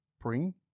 bring